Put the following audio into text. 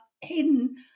hidden